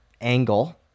angle